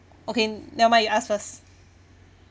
okay never mind you ask first